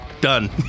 Done